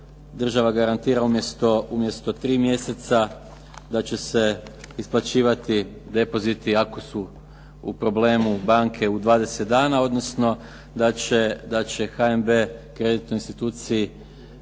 država garantira umjesto 3 mj. da će se isplaćivati depoziti ako su u problemu banke u 20 dana, odnosno da će HNB kreditnoj instituciji